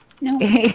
No